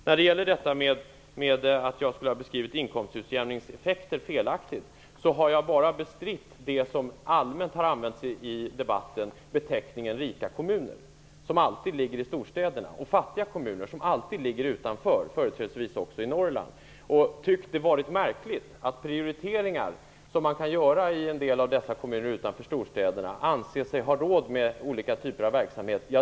Vad gäller påståendet att jag skulle ha beskrivit inkomstutjämningseffekterna på ett felaktigt sätt vill jag säga att jag bara har bestridit de beteckningar som allmänt har använts i debatten, nämligen beteckningen rika kommuner, som alltid ligger i storstäderna, och beteckningen fattiga kommuner, som alltid ligger utanför storstäderna, företrädesvis i Norrland. Jag har tyckt att det har varit märkligt att man i en del av dessa kommuner utanför storstäderna anser sig ha råd med olika typer av verksamhet.